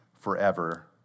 forever